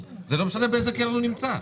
זה לא משנה באיזה קרן הוא נמצא.